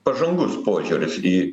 pažangus požiūris į